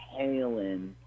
halen